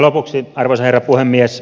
lopuksi arvoisa herra puhemies